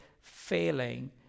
failing